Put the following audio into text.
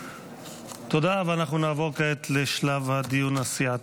תודה, ואנחנו נעבור כעת לשלב הדיון הסיעתי.